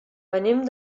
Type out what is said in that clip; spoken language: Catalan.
venim